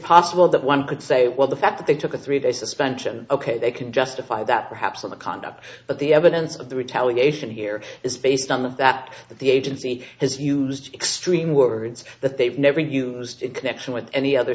possible that one could say well the fact that they took a three day suspension ok they can justify that perhaps on the conduct but the evidence of the retaliation here is based on that that the agency has used extreme words that they've never used in connection with any other